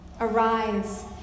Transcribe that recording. Arise